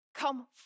Come